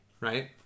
right